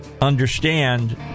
understand